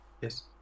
Yes